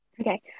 Okay